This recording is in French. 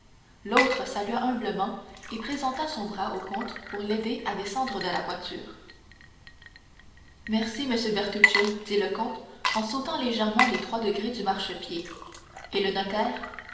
l'autre salua humblement et présenta son bras au comte pour l'aider à descendre de la voiture merci monsieur bertuccio dit le comte en sautant légèrement les trois degrés du marchepied et le notaire